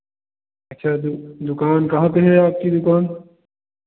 अच्छा दु दुकान कहाँ पे है आपकी दुकान